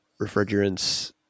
refrigerants